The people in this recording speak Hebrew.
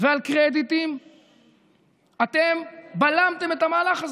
ועל קרדיטים אתם בלמתם את המהלך הזה,